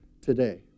today